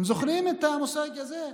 זוכרים את המושג הזה?